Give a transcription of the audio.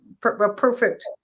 perfect